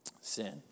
sin